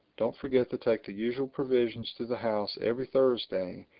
don't forget to take the usual provisions to the house every thursday,